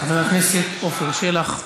חבר הכנסת עפר שלח.